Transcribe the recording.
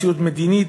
מציאות מדינית,